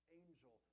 angel